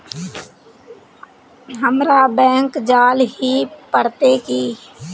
हमरा बैंक जाल ही पड़ते की?